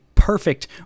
Perfect